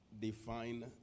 define